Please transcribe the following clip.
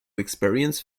experience